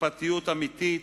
אכפתיות אמיתית,